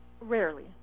Rarely